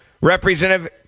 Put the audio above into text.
Representative